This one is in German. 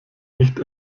nicht